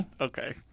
Okay